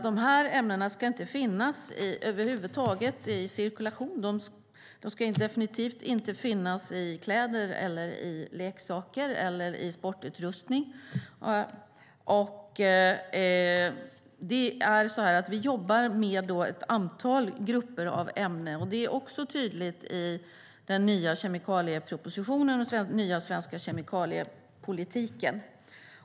De här ämnena ska över huvud taget inte finnas i cirkulation, och de ska definitivt inte finnas i kläder, leksaker eller sportutrustning. Vi jobbar med ett antal grupper av ämnen, och det är också tydligt i den nya kemikaliepropositionen och den nya svenska kemikaliepolitiken.